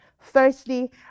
Firstly